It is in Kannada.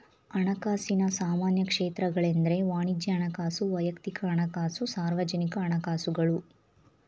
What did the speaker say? ಹಣಕಾಸಿನ ಸಾಮಾನ್ಯ ಕ್ಷೇತ್ರಗಳೆಂದ್ರೆ ವಾಣಿಜ್ಯ ಹಣಕಾಸು, ವೈಯಕ್ತಿಕ ಹಣಕಾಸು, ಸಾರ್ವಜನಿಕ ಹಣಕಾಸುಗಳು